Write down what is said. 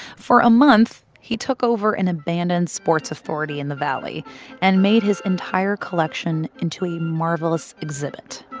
for a month, he took over an abandoned sports authority in the valley and made his entire collection into a marvelous exhibit.